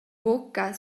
buca